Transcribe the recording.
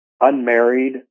unmarried